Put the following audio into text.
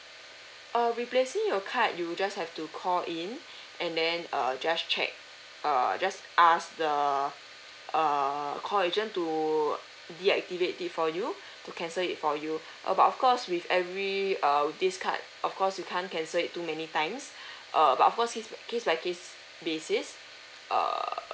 uh replacing your card you just have to call in and then err just check err just ask the err call agent to deactivate it for you to cancel it for you uh but of course with every err this card of course you can't cancel it too many times err but of course case case by case basis err